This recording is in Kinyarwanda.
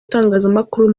itangazamakuru